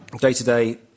day-to-day